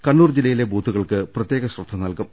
കണ്ണൂർ ജില്ലയിലെ ബൂത്തുകൾക്ക് പ്രത്യേക ശ്രദ്ധ നൽകും